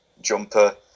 jumper